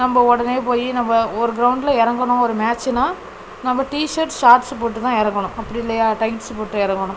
நம்ப உடனே போய் நம்ப ஒரு க்ரௌண்டில் இறங்குனோம் ஒரு மேட்ச்சுன்னா நம்ப டிஷேர்ட் ஷார்ட்ஸ் போட்டு தான் இறங்கணும் அப்படி இல்லையா டைட்ஸ் போட்டு இறங்கணும்